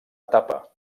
etapa